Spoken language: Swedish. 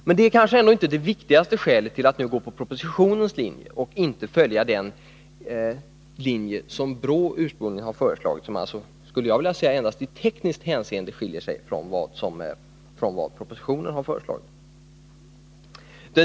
Men det är kanske ändå inte det viktigaste skälet till att nu följa propositionens linje och inte den linje som BRÅ ursprungligen har föreslagit och som alltså — skulle jag vilja säga — endast i tekniskt hänseende skiljer sig från vad som föreslagits i propositionen.